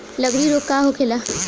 लगड़ी रोग का होखेला?